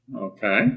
Okay